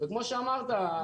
וכמו שאמרת,